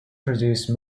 produced